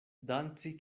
danci